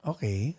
Okay